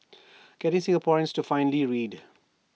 getting Singaporeans to finally read